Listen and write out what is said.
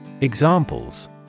Examples